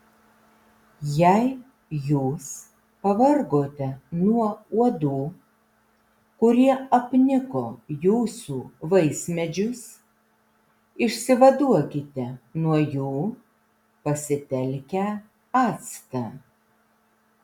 jei jūs pavargote nuo uodų kurie apniko jūsų vaismedžius išsivaduokite nuo jų pasitelkę actą